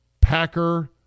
Packer